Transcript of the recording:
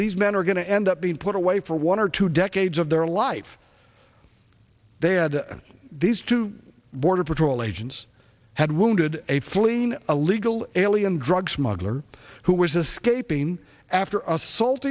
these men are going to end up being put away for one or two decades of their life they had these two border patrol agents had wounded a fleeing illegal alien drug smuggler who was scaping after of salt